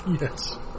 Yes